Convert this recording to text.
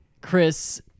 Chris